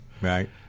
Right